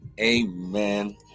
Amen